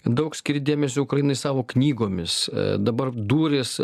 daug skiri dėmesio ukrainai savo knygomis dabar dūris